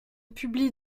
publie